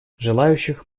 желающих